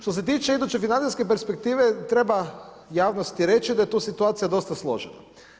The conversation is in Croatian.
Što se tiče iduće financijske perspektive, treba javnosti reći da je tu situacija dosta složena.